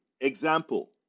Example